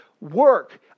work